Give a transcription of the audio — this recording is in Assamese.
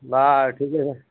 বাৰু ঠিক আছে